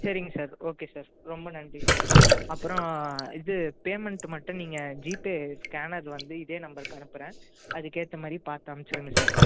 சரிங்க sir okay sir ரொம்ப நன்றி சார் அப்புறம் இது பேமெண்ட்டு மட்டும் நீங்கள் ஜிபே ஸ்கேனர் வந்து இதே நம்பருக்கு அனுப்புகிறேன் அதுக்கேற்ற மாதிரி பார்த்து அனுச்சுருங்க சார்